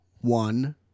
one